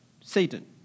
Satan